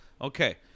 Okay